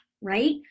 Right